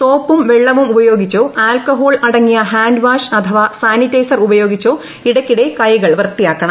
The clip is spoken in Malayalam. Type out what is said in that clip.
സോപ്പും വെള്ളവുമുപയോഗിച്ചോ ആൾക്കഹോൾ അടങ്ങിയ ഹാൻഡ് വാഷ് അഥവാ സാനിറ്റൈസർ ഉപയോഗിച്ചോ ഇടയ്ക്കിടെ കൈകൾ വൃത്തിയാക്കണം